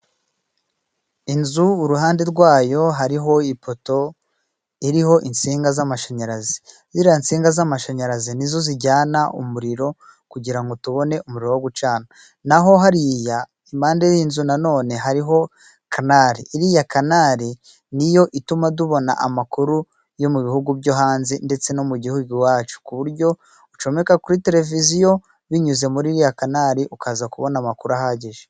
Inzu uruhande rwayo hariho ipoto iriho insinga z'amashanyarazi, ziriya nsinga z'amashanyarazi nizo zijyana umuriro kugira ngo tubone umuriro wo gucana. Naho hariya impande y'inzu nanone hariho kanari, iriya kanari niyo ituma tubona amakuru yo mu bihugu byo hanze, ndetse no mu gihugu iwacu ku buryo ucomeka kuri televiziyo binyuze muri iriya kanari ukaza kubona amakuru ahagije.